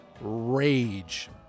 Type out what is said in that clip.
rage